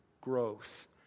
growth